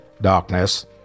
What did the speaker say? darkness